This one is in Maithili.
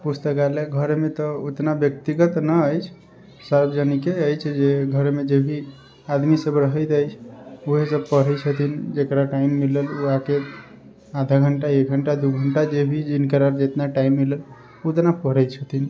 पुस्तकालय घरमे तऽ ओतना व्यक्तिगत नहि अछि सार्वजनिके अछि जे घरमे जे भी आदमीसब रहैत अछि वएह सब पढ़ै छथिन जकरा टाइम मिलल ओ आकऽ आधा घण्टा एक घण्टा दू घण्टा जे भी जिनकर जितना टाइम मिलल ओतना पढ़ै छथिन